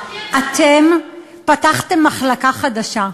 אתם פתחתם מחלקה חדשה,